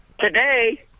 Today